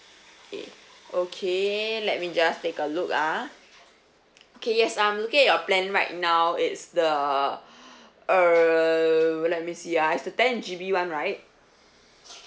A okay let me just take a look ah okay yes I'm looking at your plan right now it's the err let me see ah it's the ten G_B one right